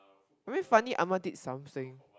very funny Ahmad did something